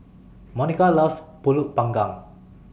Monica loves Pulut Panggang